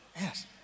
Yes